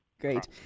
Great